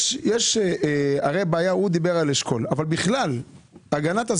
הרי החשמל משפיע על כל פרט ופרט,